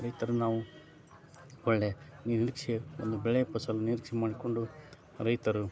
ರೈತರನ್ನು ನಾವು ಒಳ್ಳೆಯ ನಿರೀಕ್ಷೆ ಒಂದು ಬೆಳೆ ಫಸಲನ್ನು ನಿರೀಕ್ಷೆ ಮಾಡಿಕೊಂಡು ರೈತರು